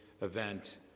event